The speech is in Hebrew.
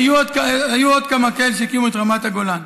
היו עוד כמה כאלה שהקימו את רמת הגולן.